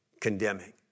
condemning